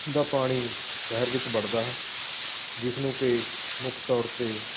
ਦਾ ਪਾਣੀ ਸ਼ਹਿਰ ਵਿੱਚ ਵੜਦਾ ਹੈ ਜਿਸ ਨੂੰ ਕਿ ਮੁੱਖ ਤੌਰ 'ਤੇ